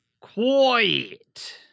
quiet